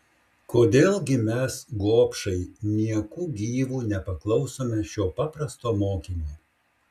kodėl gi mes gobšai nieku gyvu nepaklausome šio paprasto mokymo